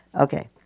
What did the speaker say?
Okay